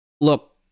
Look